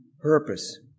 purpose